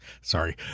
sorry